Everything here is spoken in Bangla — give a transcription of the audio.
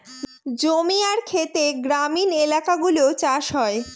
জমি আর খেতে গ্রামীণ এলাকাগুলো চাষ হয়